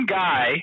guy